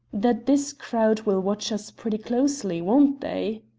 that this crowd will watch us pretty closely, won't they?